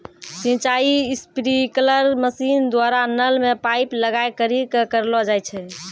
सिंचाई sprinkler machine द्वारा नल मे पाइप लगाय करि क करलो जाय छै